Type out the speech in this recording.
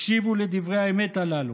הקשיבו לדברי האמת הללו,